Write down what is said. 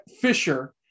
Fisher